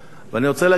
ואני רוצה להגיד לך,